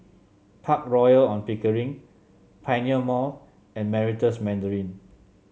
Park Royal On Pickering Pioneer Mall and Meritus Mandarin